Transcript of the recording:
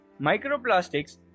Microplastics